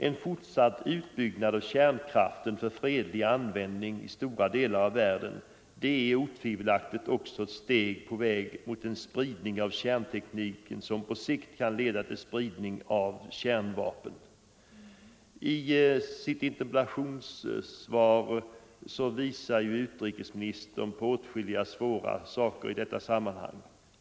En fortsatt utbyggnad av kärnkraften för fredlig användning i stora delar av världen är otvivelaktigt också ett steg på väg mot en spridning av kärntekniken, som på sikt kan leda till spridning av kärnvapen. I sitt interpellationssvar visade utrikesministern på åtskilliga svårigheter i detta sammanhang.